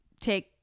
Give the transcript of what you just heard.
take